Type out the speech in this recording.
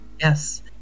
Yes